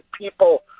people